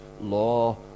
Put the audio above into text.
law